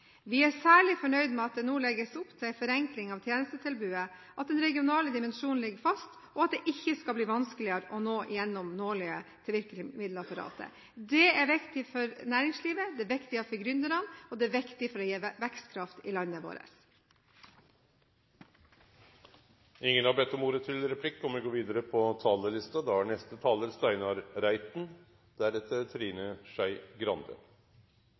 Vi er særlig fornøyd med at det nå legges opp til en forenkling av tjenestetilbudet, at den regionale dimensjonen ligger fast, og at det ikke skal bli vanskeligere å nå gjennom nåløyet til virkemiddelapparatet. Det er viktig for næringslivet, det er viktig for gründerne, og det er viktig for å gi vekstkraft i landet vårt. Innledningsvis vil jeg si at jeg er overrasket over at det ble lagt opp til